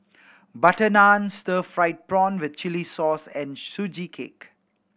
butter naan stir fried prawn with chili sauce and Sugee Cake